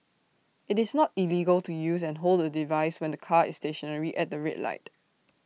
IT is not illegal to use and hold A device when the car is stationary at the red light